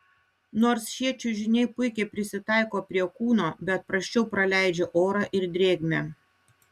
nors šie čiužiniai puikiai prisitaiko prie kūno bet prasčiau praleidžia orą ir drėgmę